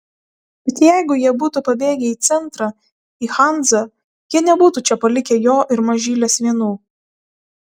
bet jeigu jie būtų pabėgę į centrą į hanzą jie nebūtų čia palikę jo ir mažylės vienų